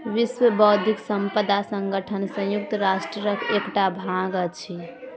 विश्व बौद्धिक संपदा संगठन संयुक्त राष्ट्रक एकटा भाग अछि